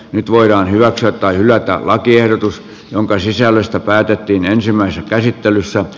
nyt voidaan hyväksyä tai hylätä lakiehdotus jonka sisällöstä päätettiin ensimmäisessä käsittelyssä